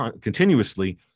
continuously